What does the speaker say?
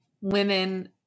women